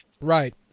Right